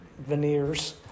veneers